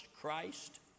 Christ